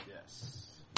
Yes